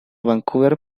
vancouver